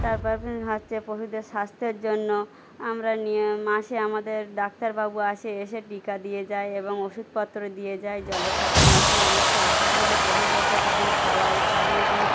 তারপর হচ্ছে পশুদের স্বাস্থ্যের জন্য আমরা নিয়ে মাসে আমাদের ডাক্তারবাবু আসে এসে টিকা দিয়ে যায় এবং ওষুধপত্র দিয়ে যায় জলের সাথে মিশিয়ে আমরা সেই ওষুধগুলো পশুদেরকে তখন খাওয়াই খাইয়ে দিই